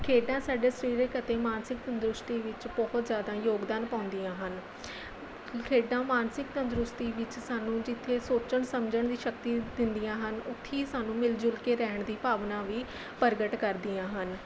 ਖੇਡਾਂ ਸਾਡੇ ਸਰੀਰਕ ਅਤੇ ਮਾਨਸਿਕ ਤੰਦਰੁਸਤੀ ਵਿੱਚ ਬਹੁਤ ਜ਼ਿਆਦਾ ਯੋਗਦਾਨ ਪਾਉਂਦੀਆਂ ਹਨ ਖੇਡਾਂ ਮਾਨਸਿਕ ਤੰਦਰੁਸਤੀ ਵਿੱਚ ਸਾਨੂੰ ਜਿੱਥੇ ਸੋਚਣ ਸਮਝਣ ਦੀ ਸ਼ਕਤੀ ਦਿੰਦੀਆਂ ਹਨ ਉੱਥੇ ਹੀ ਸਾਨੂੰ ਮਿਲ ਜੁਲ ਕੇ ਰਹਿਣ ਦੀ ਭਾਵਨਾ ਵੀ ਪ੍ਰਗਟ ਕਰਦੀਆਂ ਹਨ